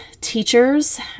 teachers